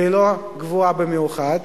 והיא לא גבוהה במיוחד,